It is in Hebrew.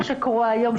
מה שקורה היום,